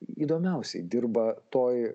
įdomiausiai dirba toj